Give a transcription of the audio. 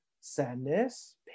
sadness